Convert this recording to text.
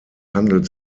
handelt